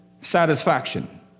satisfaction